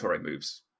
moves